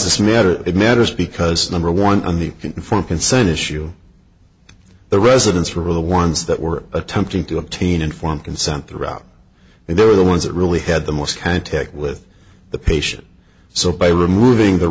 this matter it matters because number one on the confront consent issue the residents were the ones that were attempting to obtain informed consent throughout and they were the ones that really had the most contact with the patient so by removing the